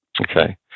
Okay